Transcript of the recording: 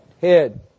head